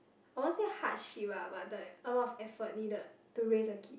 I won't say hardship ah but it's like a lot of effort needed to raise a kid